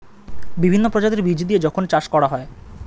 বিভিন্ন প্রজাতির বীজ দিয়ে যখন চাষ করা হয়